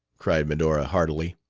cried medora heartily.